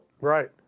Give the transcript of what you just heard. Right